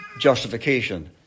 justification